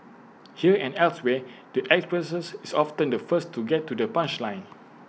here and elsewhere the actress is often the first to get to the punchline